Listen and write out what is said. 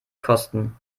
kosten